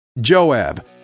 Joab